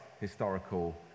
historical